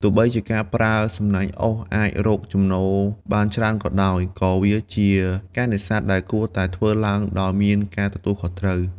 ទោះបីជាការប្រើសំណាញ់អូសអាចរកចំណូលបានច្រើនក៏ដោយ ក៏វាជាការនេសាទដែលគួរតែធ្វើឡើងដោយមានការទទួលខុសត្រូវ។